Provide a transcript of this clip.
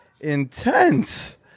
intense